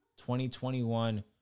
2021